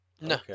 No